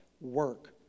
work